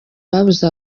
babuze